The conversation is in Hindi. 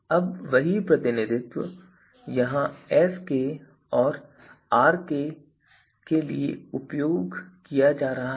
अब वही प्रतिनिधित्व यहाँ Skऔर Rk के लिए उपयोग किया जा रहा है